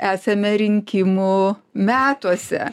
esame rinkimų metuose